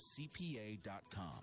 cpa.com